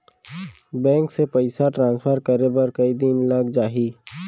Bank से पइसा transfer करे बर कई दिन लग जाही?